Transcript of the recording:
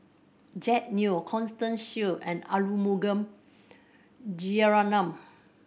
Jack Neo Constance Shear and Arumugam